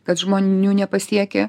kad žmonių nepasiekia